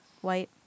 White